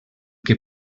que